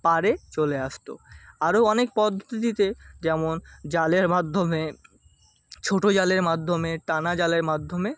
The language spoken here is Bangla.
পাড়ে চলে আসত আরও অনেক পদ্ধতিতে যেমন জালের মাধ্যমে ছোটো জালের মাধ্যমে টানা জালের মাধ্যমে